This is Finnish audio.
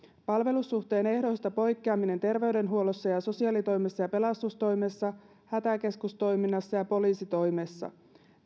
palvelussuhteen ehdoista poikkeaminen terveydenhuollossa ja sosiaalitoimessa ja pelastustoimessa hätäkeskustoiminnassa ja poliisitoimessa